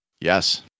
Yes